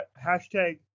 hashtag